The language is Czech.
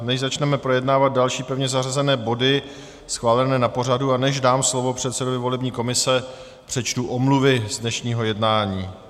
Než začneme projednávat další zařazené body schválené na pořadu a než dám slovo předsedovi volební komise, přečtu omluvy z dnešního jednání.